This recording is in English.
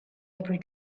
every